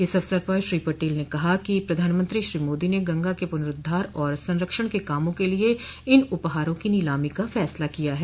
इस अवसर पर श्री पटेल ने कहा कि प्रधानमंत्री श्री मोदी ने गंगा के पुनरूद्वार और संरक्षण के कामों के लिये इन उपहारों की नीलामी का फसला किया है